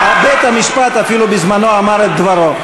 אפילו בית-המשפט בזמנו אמר את דברו.